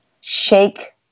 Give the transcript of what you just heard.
shake